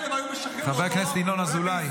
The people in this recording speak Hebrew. חבר הכנסת ינון אזולאי,